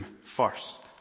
first